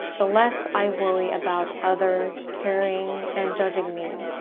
the less i worry about others caring and judging me.